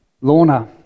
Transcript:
Lorna